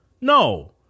no